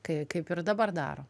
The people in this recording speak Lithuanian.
kai kaip ir dabar daro